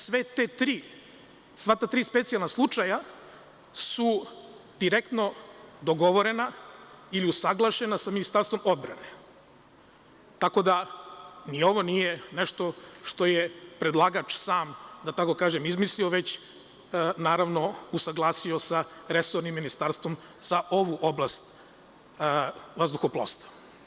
Sva ta tri specijalna slučaja su direktno dogovorena ili usaglašena sa Ministarstvom odbrane, tako da ni ovo nije nešto što je predlagač sam, da tako kažem, izmislio, već usaglasio sa resornim ministarstvom za ovu oblast vazduhoplovstva.